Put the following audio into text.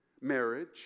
marriage